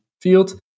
field